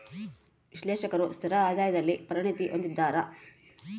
ವಿಶ್ಲೇಷಕರು ಸ್ಥಿರ ಆದಾಯದಲ್ಲಿ ಪರಿಣತಿ ಹೊಂದಿದ್ದಾರ